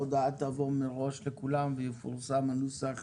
הודעה תבוא מראש לכולם ויפורסם הנוסח